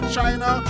China